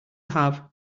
have